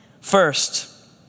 First